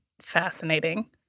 fascinating